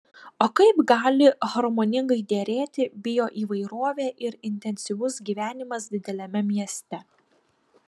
o kaip gali harmoningai derėti bioįvairovė ir intensyvus gyvenimas dideliame mieste